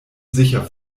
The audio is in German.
sicher